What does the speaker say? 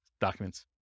documents